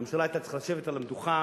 הממשלה היתה צריכה לשבת על המדוכה,